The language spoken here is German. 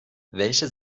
welche